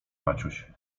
maciuś